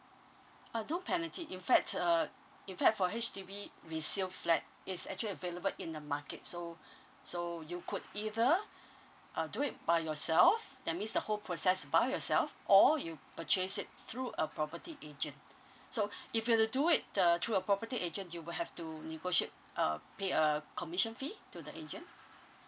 uh no penalty in fact uh in fact for H_D_B resale flat is actually available in the market so so you could either uh do it by yourself that means the whole process by yourself or you purchase it through a property agent so if you were to do it uh through a property agent you will have to negotiate uh pay a commission fee to the agent